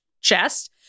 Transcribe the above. chest